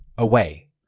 away